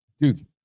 dude